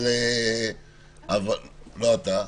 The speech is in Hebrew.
לא אתה.